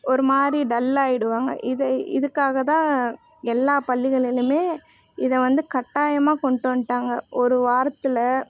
ஒரு மாதிரி டல் ஆகிடுவாங்க இது இதுக்காகதான் எல்லா பள்ளிகளிலுமே இதை வந்து கட்டாயமாக கொண்டுட்டு வந்துட்டாங்க ஒரு வாரத்தில்